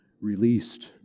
released